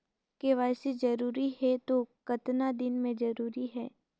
KYC जरूरी हे तो कतना दिन मे जरूरी है?